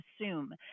assume